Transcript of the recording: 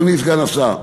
אדוני סגן השר?